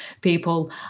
people